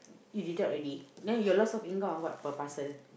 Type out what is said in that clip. you deduct already now your of income of what per parcel